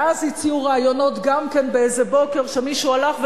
ואז הציעו רעיונות גם באיזה בוקר שמישהו הלך,